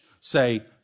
say